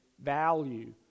value